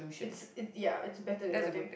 it's it's yeah it's better than nothing